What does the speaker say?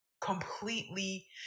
completely